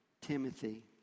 Timothy